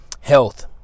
Health